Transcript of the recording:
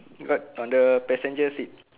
got on the passenger seat